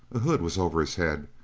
a hood was over his head,